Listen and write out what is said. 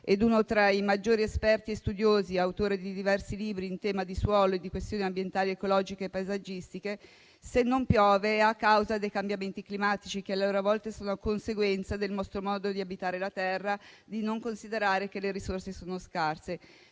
e uno tra i maggiori esperti e studiosi (autore di diversi libri) in tema di suolo e di questioni ambientali, ecologiche e paesaggistiche, se non piove è a causa dei cambiamenti climatici, che a loro volta sono conseguenza del nostro modo di abitare la terra e di non considerare che le risorse sono scarse.